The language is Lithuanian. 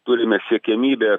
turime siekiamybę